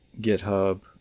GitHub